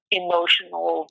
emotional